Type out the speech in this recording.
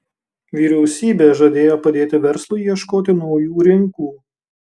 vyriausybė žadėjo padėti verslui ieškoti naujų rinkų